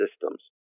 systems